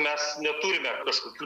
mes neturime kažkokių